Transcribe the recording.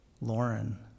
Lauren